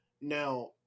Now